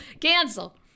Cancel